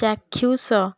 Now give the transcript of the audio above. ଚାକ୍ଷୁଷ